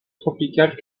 tropicale